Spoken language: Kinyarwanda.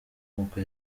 nkuko